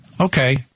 Okay